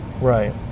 Right